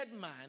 man